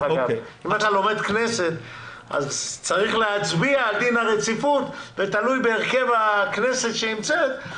אם הצעת חוק עוברת קריאה שנייה היא עוברת גם קריאה שלישית.